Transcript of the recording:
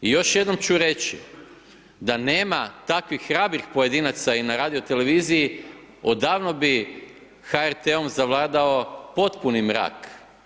I još jednom ću reći, da nema takvih hrabrih pojedinaca i na radioteleviziji odavno bi HRT-om zavladao potpuni mrak.